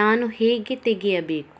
ನಾನು ಹೇಗೆ ತೆಗೆಯಬೇಕು?